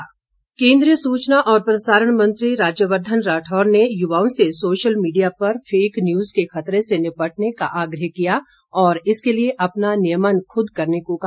राठौर केन्द्रीय सूचना और प्रसारण मंत्री राज्यवर्धन राठौड़ ने युवाओं से सोशल मीडिया पर फेक न्यूज के खतरे से निपटने का आग्रह किया और इसके लिए अपना नियमन खूद करने को कहा